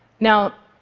now,